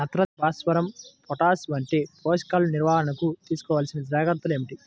నత్రజని, భాస్వరం, పొటాష్ వంటి పోషకాల నిర్వహణకు తీసుకోవలసిన జాగ్రత్తలు ఏమిటీ?